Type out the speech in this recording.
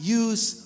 use